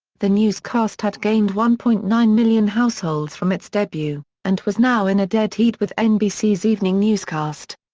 the newscast had gained one point nine million households from its debut, and was now in a dead heat with nbc's evening newscast.